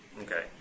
okay